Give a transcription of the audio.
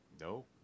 No